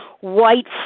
white